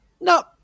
no